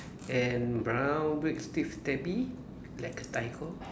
and brown big st~ stubby like a tiger